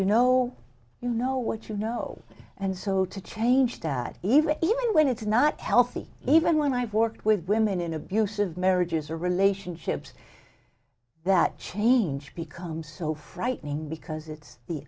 you know you know what you know and so to change that even even when it's not healthy even when i've worked with women in abusive marriages or relationships that change becomes so frightening because it's the